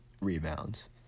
rebounds